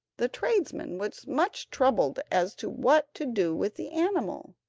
the tradesman was much troubled as to what to do with the animal,